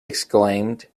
exclaimed